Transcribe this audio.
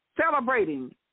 celebrating